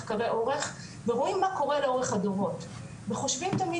מחקרי אורך ורואים מה קורה לאורך הדורות וחושבים תמיד